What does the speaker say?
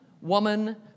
woman